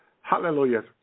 Hallelujah